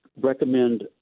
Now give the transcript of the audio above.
recommend